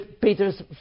Peter's